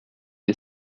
est